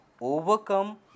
overcome